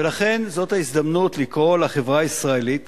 ולכן זאת ההזדמנות לקרוא לחברה הישראלית